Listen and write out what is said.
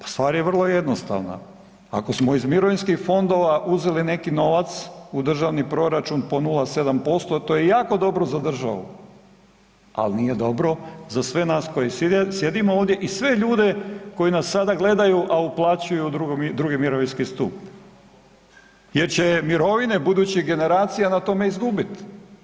Pa stvar je vrlo jednostavna, ako smo iz mirovinskih fondova uzeli neki novac u državni proračun po 0,7% to je jako dobro za državu, ali nije dobro za sve nas koji sjedimo ovdje i sve ljude koji nas sada gledaju a uplaćuju u drugi mirovinski stup jer će mirovine budućih generacija na tome izgubiti.